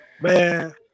Man